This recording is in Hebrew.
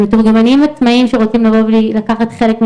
אם זה מתורגמנים עצמאים שרוצים לבוא ולקחת חלק,